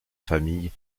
famille